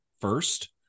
first